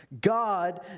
God